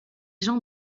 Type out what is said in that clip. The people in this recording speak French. jean